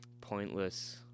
pointless